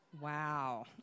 Wow